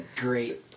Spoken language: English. great